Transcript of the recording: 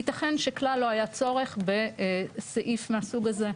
ייתכן שכלל לא היה צורך בסעיף מהסוג הזה.